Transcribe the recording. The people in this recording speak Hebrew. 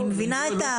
אני מבינה את ה --- לא,